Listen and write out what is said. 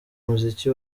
muziki